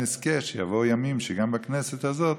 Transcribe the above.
הלוואי שנזכה לכך שיבואו ימים שגם בכנסת הזאת